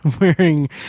wearing